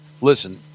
Listen